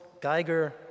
Geiger